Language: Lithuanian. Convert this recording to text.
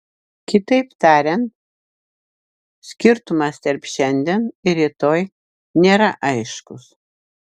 kitaip tariant skirtumas tarp šiandien ir rytoj nėra aiškus